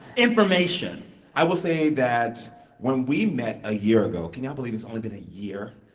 information i will say that when we met a year ago can y'all believe it's only been a year?